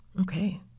okay